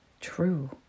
true